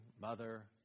mother